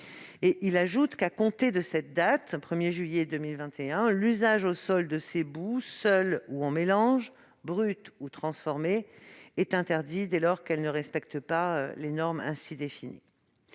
2021. À compter de cette date, l'usage au sol de ces boues, seules ou en mélange, brutes ou transformées, est interdit dès lors qu'elles ne respectent pas les normes ainsi définies.